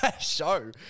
show